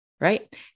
right